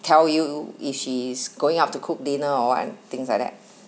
tell you if she is going up to cook dinner or what things like that